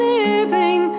living